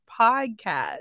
podcast